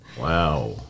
Wow